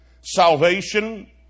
salvation